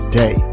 day